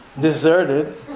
deserted